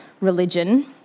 religion